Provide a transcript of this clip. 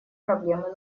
проблемы